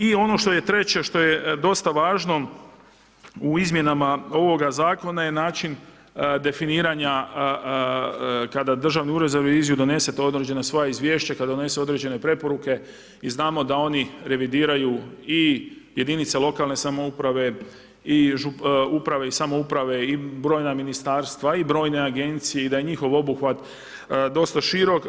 I ono što je treće, što je dosta važno, u izmjenama ovoga zakona je način definiranja kada Državni ured za reviziju donese ta određena svoja izvješća, kad donese određene preporuke i znamo da oni revidiraju i jedinice lokalne samouprave i uprave i samouprave i brojna ministarstva i brojne agencije i da je njihov obuhvat dosta širok.